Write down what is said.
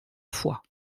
fois